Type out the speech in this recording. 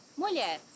Mulher